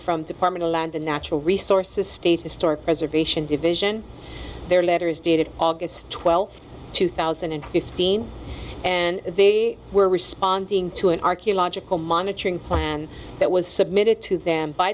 from department of land the natural resources state historic preservation division their letter is dated august twelfth two thousand and fifteen and they were responding to an archaeological monitoring plan that was submitted to them by